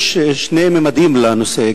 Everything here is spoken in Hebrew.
יש שני ממדים לנושא,